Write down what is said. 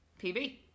pb